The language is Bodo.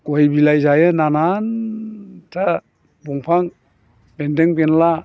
गय बिलाइ जायो नानानथा दंफां बेन्दों बेनला